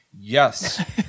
yes